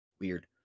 Weird